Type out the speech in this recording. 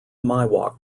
miwok